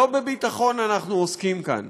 לא בביטחון אנחנו עוסקים כאן,